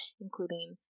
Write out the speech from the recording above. including